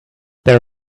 there